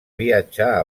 viatjar